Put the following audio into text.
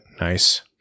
Nice